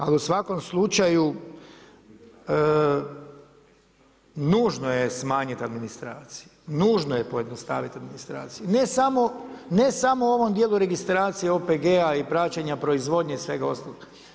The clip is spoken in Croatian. Ali u svakom slučaju nužno je smanjit administraciju, nužno je pojednostavit administraciju ne samo u ovom dijelu registracije OPG-a i praćenja proizvodnje i svega ostalog.